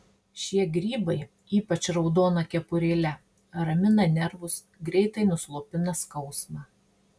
šie grybai ypač raudona kepurėle ramina nervus greitai nuslopina skausmą